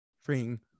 Freeing